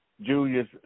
Julius